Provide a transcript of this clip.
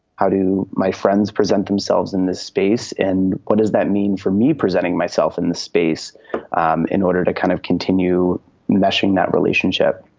how do my friends present themselves in this space? and what does that mean for me, presenting myself in the space um in order to kind of continue meshing that relationship?